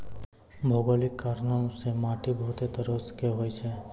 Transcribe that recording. भौगोलिक कारणो से माट्टी बहुते तरहो के होय छै